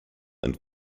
and